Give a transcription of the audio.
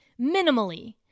minimally